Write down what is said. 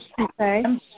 Okay